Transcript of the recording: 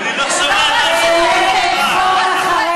אני לא שומע את אנחות הרווחה.